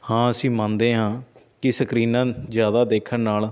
ਹਾਂ ਅਸੀਂ ਮੰਨਦੇ ਹਾਂ ਕਿ ਸਕਰੀਨਾਂ ਜ਼ਿਆਦਾ ਦੇਖਣ ਨਾਲ